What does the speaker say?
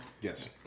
Yes